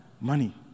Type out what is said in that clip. money